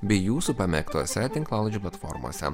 bei jūsų pamėgtose tinklalaidžių platformose